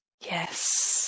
Yes